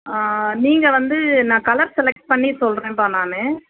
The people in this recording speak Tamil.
ஆ நீங்கள் வந்து நான் கலர் செலக்ட் பண்ணி சொல்லுறேன்ப்பா நான்